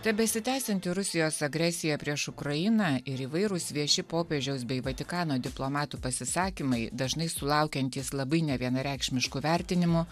tebesitęsianti rusijos agresija prieš ukrainą ir įvairūs vieši popiežiaus bei vatikano diplomatų pasisakymai dažnai sulaukiantys labai nevienareikšmiškų vertinimų